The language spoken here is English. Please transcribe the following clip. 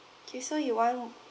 okay so you want